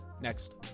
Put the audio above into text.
next